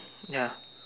ya